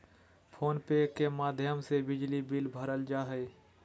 phone पे के माध्यम से बिजली बिल भरल जा हय